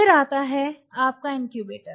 फिर आता है आपका इनक्यूबेटर